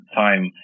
time